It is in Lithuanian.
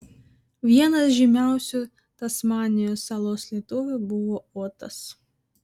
vienas žymiausių tasmanijos salos lietuvių buvo otas